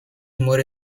more